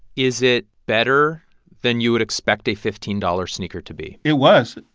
is it better than you would expect a fifteen dollars sneaker to be? it was.